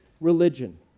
religion